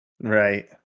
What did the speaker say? Right